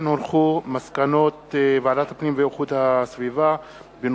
מסקנות ועדת הפנים והגנת הסביבה בעקבות דיון